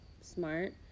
smart